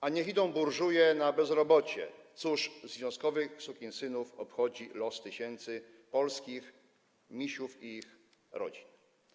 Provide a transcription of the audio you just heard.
A niech idą burżuje na bezrobocie - cóż związkowych sukinsynów obchodzi los tysięcy polskich Misiów i ich rodzin.